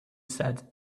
said